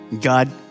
God